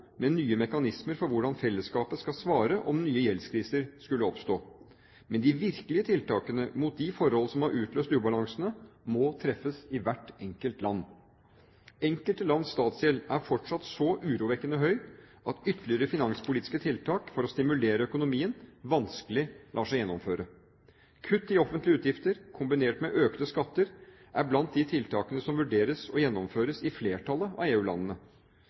med nye mekanismer for hvordan fellesskapet skal svare, om nye gjeldskriser skulle oppstå. Men de virkelige tiltakene mot de forhold som har utløst ubalansene, må treffes i hvert enkelt land. Enkelte lands statsgjeld er fortsatt så urovekkende høy at ytterligere finanspolitiske tiltak for å stimulere økonomien vanskelig lar seg gjennomføre. Kutt i offentlige utgifter, kombinert med økte skatter, er blant de tiltakene som vurderes og gjennomføres i flertallet av